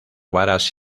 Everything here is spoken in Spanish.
varas